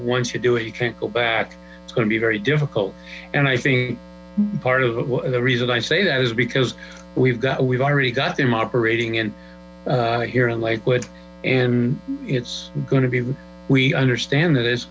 once you do it you can't go back it's going to be very difficult and i think part of the reason i say that is because we've got we've already got them operating in here in lakewood and it's going to be we understand that it's